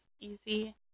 easy